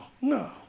no